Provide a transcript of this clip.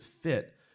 fit